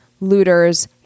looters